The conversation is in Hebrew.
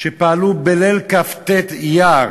שפעלו בליל כ"ט אייר